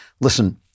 Listen